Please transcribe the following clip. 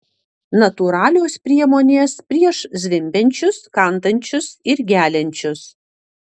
natūralios priemonės prieš zvimbiančius kandančius ir geliančius